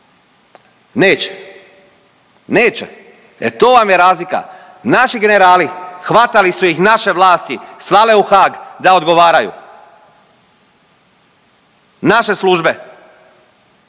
Neće. Neće. E to vam razlika, naši generali, hvatali su ih naše vlasti, slale u Haag da odgovaraju. Naše službe.